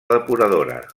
depuradora